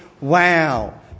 wow